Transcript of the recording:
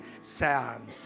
sound